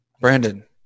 Brandon